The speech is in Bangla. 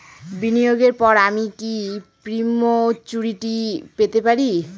বিনিয়োগের পর আমি কি প্রিম্যচুরিটি পেতে পারি?